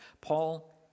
Paul